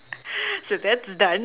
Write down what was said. so that's done